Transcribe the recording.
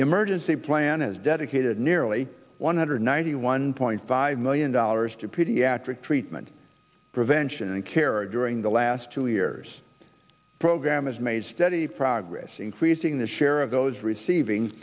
emergency plan has dedicated nearly one hundred ninety one point five million dollars to pediatric treatment prevention and care or during the last two years program has made steady progress increasing the share of those receiving